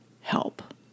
help